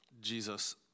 Jesus